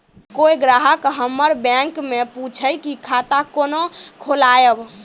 कोय ग्राहक हमर बैक मैं पुछे की खाता कोना खोलायब?